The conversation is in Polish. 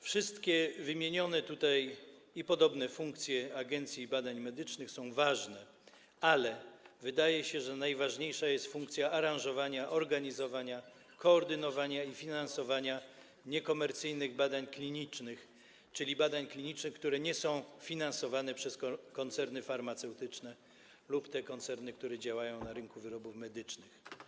Wszystkie wymienione tutaj i podobne funkcje Agencji Badań Medycznych są ważne, ale wydaje się, że najważniejsza jest funkcja aranżowania, organizowania, koordynowania i finansowania niekomercyjnych badań klinicznych, czyli badań klinicznych, które nie są finansowane przez koncerny farmaceutyczne czy koncerny działające na rynku wyrobów medycznych.